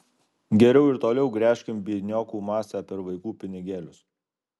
geriau ir toliau gręžkim biedniokų masę per vaikų pinigėlius